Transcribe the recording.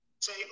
say